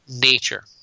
nature